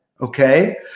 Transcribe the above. okay